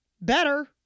better